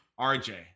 RJ